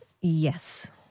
Yes